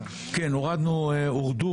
כן, הורדו